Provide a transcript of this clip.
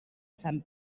sant